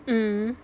mm